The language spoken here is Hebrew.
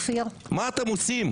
מה אתם עושים?